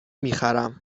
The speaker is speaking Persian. میخرم